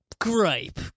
gripe